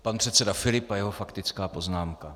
Pan předseda Filip a jeho faktická poznámka.